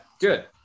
Good